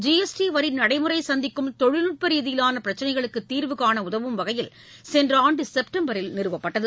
GST வரி நடைமுறை கந்திக்கும் தொழில்நுட்ப ரீதியிலான பிரச்சினைகளுக்கு தீர்வு காண உதவும் வகையில் சென்ற ஆண்டு செப்டம்பரில் நிறுவப்பட்டது